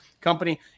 company